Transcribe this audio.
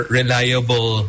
reliable